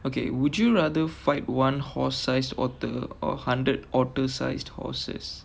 okay would you rather fight one horse sized otter or hundred otter sized horses